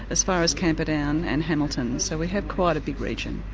as far as camperdown and hamilton, so we have quite a big region.